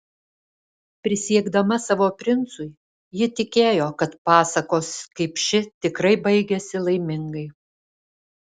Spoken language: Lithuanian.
prisiekdama savo princui ji tikėjo kad pasakos kaip ši tikrai baigiasi laimingai